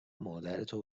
مادرتو